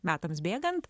metams bėgant